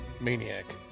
maniac